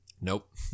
Nope